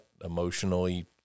emotionally